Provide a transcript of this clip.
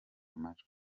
amajwi